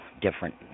different